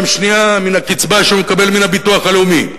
שנייה מן הקצבה שהוא יקבל מן הביטוח הלאומי.